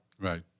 Right